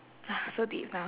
ah so deep now